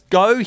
go